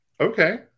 okay